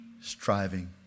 striving